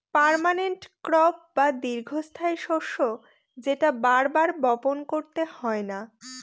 permanent crop বা দীর্ঘস্থায়ী শস্য যেটা বার বার বপন করতে হয় না